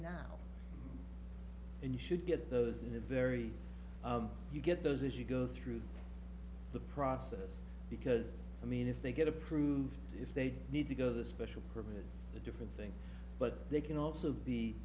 now and you should get those in the very you get those as you go through the process because i mean if they get approved if they need to go the special permit a different thing but they can also be